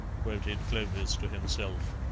quoted clovis to himself.